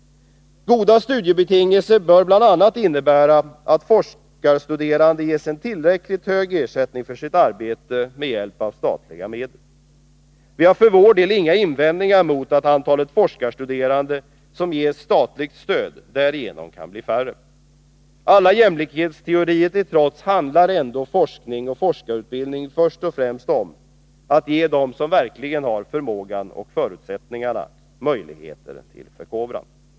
Goda studiebetingelser bör bl.a. innebära att forskarstuderande ges en tillräckligt hög ersättning för sitt arbete med statliga medel. Vi har för vår del inga invändningar mot att antalet forskarstuderande som ges statligt stöd därigenom kan bli mindre. Alla jämlikhetsteorier till trots handlar ändå forskning och forskarutbildning först och främst om att ge dem som verkligen har förmågan och förutsättningarna möjligheter till förkovran.